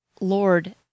Lord